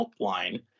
helpline